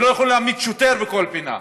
ולא יכולים להעמיד שוטר בכל פינה,